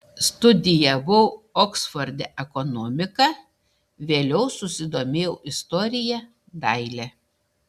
studijavau oksforde ekonomiką vėliau susidomėjau istorija daile